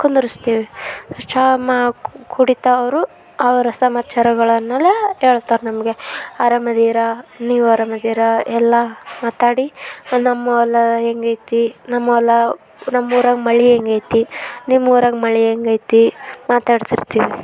ಕುಂದರಿಸ್ತೀವಿ ಚಹಾ ಮಾ ಕುಡೀತಾ ಅವರು ಅವರ ಸಮಾಚಾರಗಳನ್ನೆಲ್ಲ ಹೇಳ್ತಾರ್ ನಮಗೆ ಆರಾಮಿದ್ದೀರಾ ನೀವು ಆರಾಮಿದ್ದೀರಾ ಎಲ್ಲ ಮಾತಾಡಿ ನಮ್ಮ ಹೊಲಾ ಹೇಗಿದೆ ನಮ್ಮ ಹೊಲಾ ನಮ್ಮ ಊರಲ್ಲಿ ಮಳೆ ಹೇಗಿದೆ ನಿಮ್ಮ ಊರಲ್ಲಿ ಮಳೆ ಹೇಗಿದೆ ಮಾತಾಡ್ತಿರ್ತೀವಿ